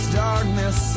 darkness